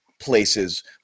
places